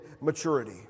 maturity